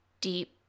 deep